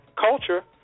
culture